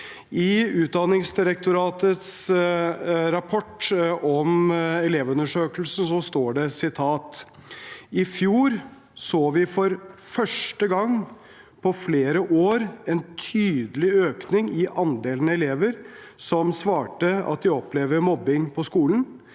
I Utdanningsdirektoratets rapport om Elevundersøkelsen står det: «I fjor så vi for første gang på flere år en tydelig økning i andelen elever som svarer at de opplever mobbing på skolen,